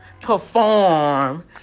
perform